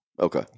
Okay